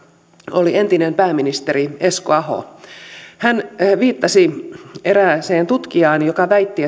oli entinen pääministeri esko aho hän viittasi erääseen tutkijaan joka väitti